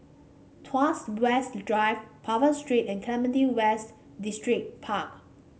Tuas West Drive Purvis Street and Clementi West Distripark